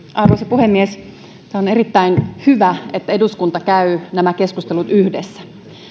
puhemies tämä on erittäin hyvä että eduskunta käy nämä keskustelut yhdessä